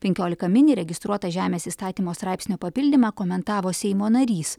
penkiolika min įregistruota žemės įstatymo straipsnio papildymą komentavo seimo narys